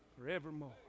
forevermore